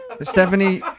Stephanie